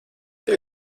tev